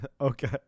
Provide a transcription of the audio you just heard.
okay